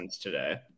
Today